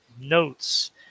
notes